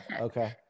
Okay